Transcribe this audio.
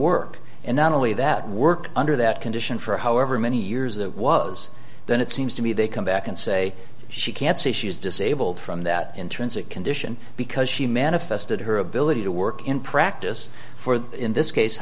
work and not only that work under that condition for however many years it was then it seems to me they come back and say she can't see she's disabled from that intrinsic condition because she manifested her ability to work in practice for in this case